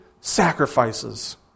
sacrifices